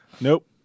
Nope